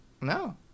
No